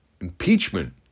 impeachment